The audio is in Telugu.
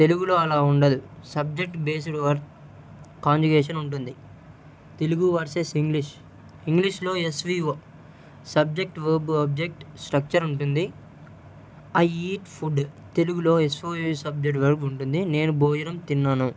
తెలుగులో అలా ఉండదు సబ్జెక్ట్ బేస్డ్ వర్క్ కాంజిగేషన్ ఉంటుంది తెలుగు వర్సెస్ ఇంగ్లీష్ ఇంగ్లీష్లో SVO subject verb object structure ఉంటుంది ఐ ఈట్ ఫుడ్ తెలుగులో ఎస్ఓఏ సబ్జెక్ట్ వర్బ్ ఉంటుంది నేను భోజనం తిన్నాను